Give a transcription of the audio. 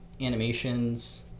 animations